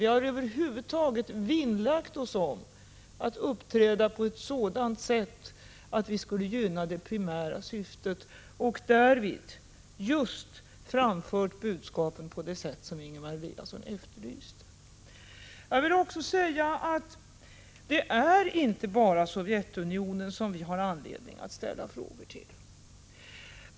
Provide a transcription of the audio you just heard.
Vi har över huvud taget vinnlagt oss om att uppträda på ett sådant sätt som gynnar 45 det primära syftet och därvid framfört budskapen just på det sätt som Ingemar Eliasson efterlyste. Men det är inte bara Sovjetunionen som vi har anledning att ställa frågor till.